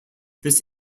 this